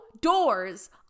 doors